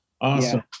awesome